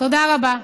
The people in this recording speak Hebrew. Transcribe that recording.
תודה רבה.